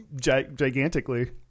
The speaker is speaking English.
gigantically